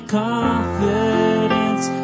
confidence